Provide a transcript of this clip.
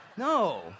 No